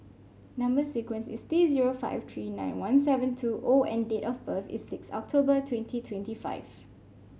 number sequence is T zero five three nine one seven two O and date of birth is six October twenty twenty five